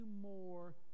more